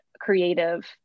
creative